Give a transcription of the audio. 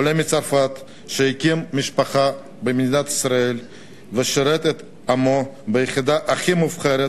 עולה מצרפת שהקים משפחה במדינת ישראל ושירת את עמו ביחידה הכי מובחרת,